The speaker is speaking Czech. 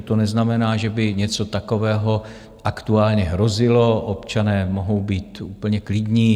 To neznamená, že by něco takového aktuálně hrozilo, občané mohou být úplně klidní.